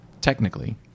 technically